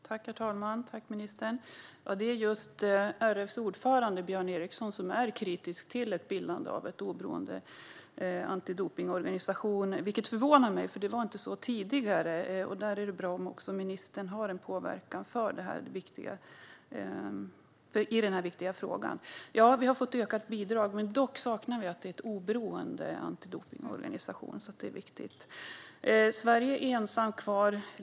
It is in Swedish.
Herr talman! Det är just RF:s ordförande, Björn Eriksson, som är kritisk till bildandet av en oberoende antidopningsorganisation, vilket förvånar mig. Det var inte så tidigare, så därför är det bra om ministern utövar en påverkan i den här viktiga frågan. Ja, man har fått ökat bidrag, dock saknas det en oberoende antidopningsorganisation. Sverige är ensamt kvar.